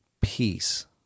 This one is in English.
Peace